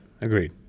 Agreed